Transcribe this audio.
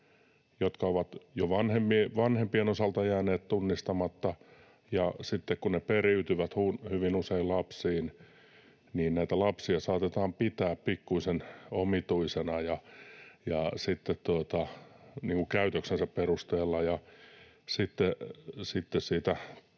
jotka ovat jo vanhempien osalta jääneet tunnistamatta, ja sitten kun ne periytyvät hyvin usein lapsiin, niin näitä lapsia saatetaan pitää pikkuisen omituisina, niin kuin käytöksensä perusteella,